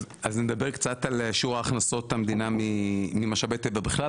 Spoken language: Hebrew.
על שיעור הכנסות המדינה ממשאבי טבע בכלל,